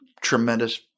tremendous